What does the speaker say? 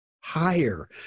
higher